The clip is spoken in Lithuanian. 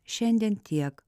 šiandien tiek